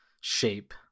shape